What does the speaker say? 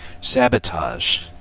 sabotage